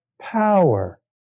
power